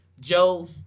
Joe